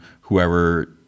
whoever